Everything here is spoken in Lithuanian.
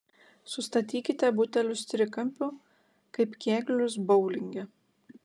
sustatykite butelius trikampiu kaip kėglius boulinge